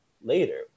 later